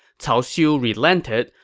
cao xiu relented,